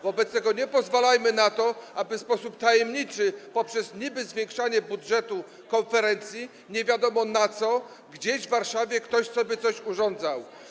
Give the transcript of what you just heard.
Wobec tego nie pozwalajmy na to, aby w sposób tajemniczy, poprzez niby zwiększanie budżetu konferencji nie wiadomo na co, gdzieś w Warszawie ktoś sobie coś urządzał.